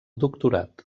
doctorat